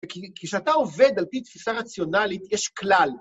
כי כשאתה עובד על פי תפיסה רציונלית, יש כלל.